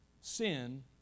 sin